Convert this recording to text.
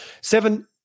seven